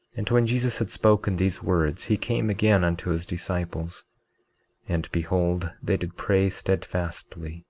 and when jesus had spoken these words he came again unto his disciples and behold they did pray steadfastly,